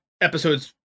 episodes